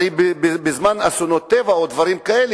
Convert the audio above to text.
הרי בזמן אסונות טבע או דברים כאלה,